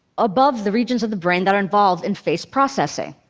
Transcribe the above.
above the regions of the brain that are involved in face processing.